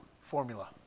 formula